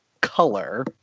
color